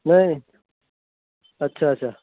نہیں اچھا اچھا